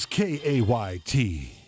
K-A-Y-T